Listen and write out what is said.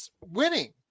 winning